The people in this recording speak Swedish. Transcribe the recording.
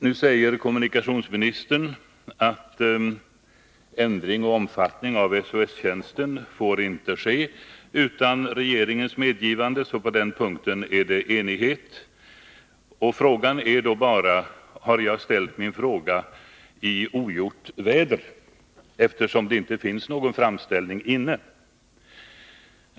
Nu säger kommunikationsministern att någon ändring av omfattningen av SOS-tjänsten inte får ske utan regeringens medgivande. På den punkten är det alltså enighet. Frågan är då bara — eftersom det inte finns någon framställning hos regeringen — om jag har ställt min fråga i ogjort väder.